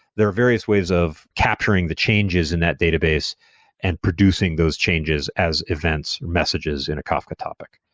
there are various ways of capturing the changes in that database and producing those changes as events messages in a kafka topic.